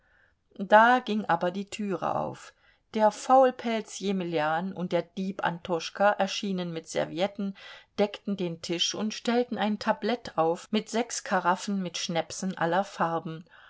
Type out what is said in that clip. da ging aber die türe auf der faulpelz jemeljan und der dieb antoschka erschienen mit servietten deckten den tisch und stellten ein tablett auf mit sechs karaffen mit schnäpsen aller farben